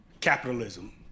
capitalism